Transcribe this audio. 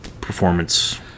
performance